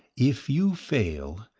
if you fail,